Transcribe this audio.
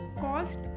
cost